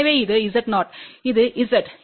எனவே இது Z0 இது Z